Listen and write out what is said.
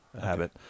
habit